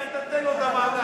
בפנסיה אתה נותן לו את המענק.